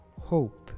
hope